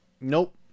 Nope